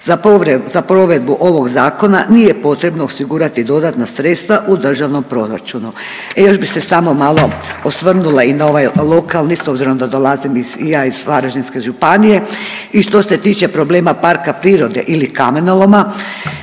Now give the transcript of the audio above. Za provedbu ovog Zakona nije potrebno osigurati dodatna sredstva u državnom proračuna. Još bi se samo malo osvrnula i na ovaj lokalni, s obzirom da dolazim i ja iz Varaždinske županije i što se tiče problema parka prirode ili kamenoloma,